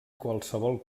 qualsevol